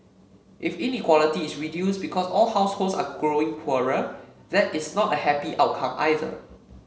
if inequality is reduced because all households are growing poorer that is not a happy outcome either